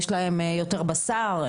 יש להם יותר בשר,